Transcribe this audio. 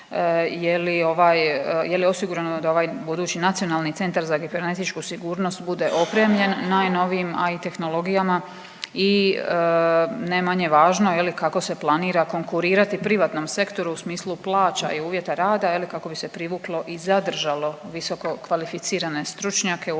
je li osigurano da ovaj budući Nacionalni centar za kibernetičku sigurnost bude opremljen najnovijim AI tehnologijama i ne manje važno, je li, kako se planira konkurirati privatnom sektoru u smislu plaća i uvjeta rada, je li, kako bi se privuklo i zadržalo visokokvalificirane stručnjake u ovom